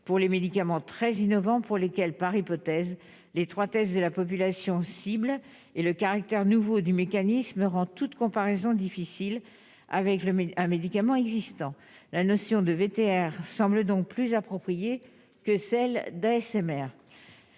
pour les médicaments très innovants pour lesquels, par hypothèse, l'étroitesse de la population cible et le caractère nouveau du mécanisme rend toute comparaison difficile avec le à un médicament existant, la notion de VTM semblent donc plus appropriées que celle d'un SMR,